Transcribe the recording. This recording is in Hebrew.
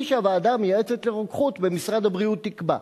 שהוועדה המייעצת לרוקחות במשרד הבריאות תקבע.